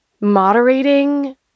moderating